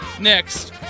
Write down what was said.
next